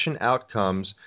outcomes